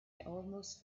almost